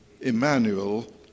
Emmanuel